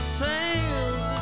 sails